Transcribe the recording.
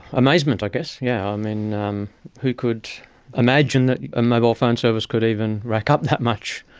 amazement i guess. yeah um and um who could imagine that a mobile phone service could even rack up that much?